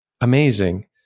amazing